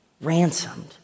Ransomed